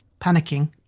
panicking